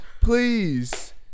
Please